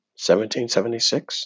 1776